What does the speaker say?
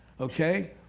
okay